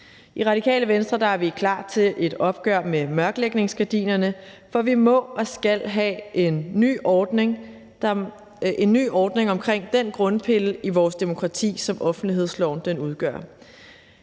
I Radikale Venstre er vi klar til et opgør med mørklægningsgardinerne, for vi må og skal have en ny ordning omkring den grundpille i vores demokrati, som offentlighedsloven udgør.